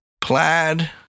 plaid